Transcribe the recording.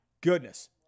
goodness